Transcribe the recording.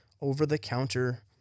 over-the-counter